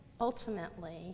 Ultimately